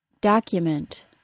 document